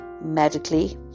medically